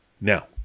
Now